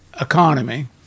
economy